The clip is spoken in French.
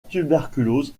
tuberculose